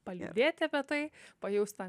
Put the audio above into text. paliūdėti apie tai pajaust ten